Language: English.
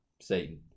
Satan